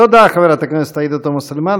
תודה, חברת הכנסת עאידה תומא סלימאן.